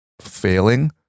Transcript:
failing